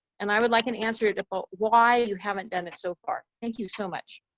and i would like an answer to but why you haven't done it so far. thank you so much.